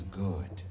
good